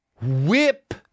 Whip